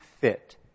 fit